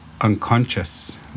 unconscious